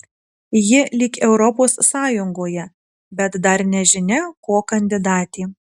ji lyg europos sąjungoje bet dar nežinia ko kandidatė